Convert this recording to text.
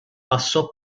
passò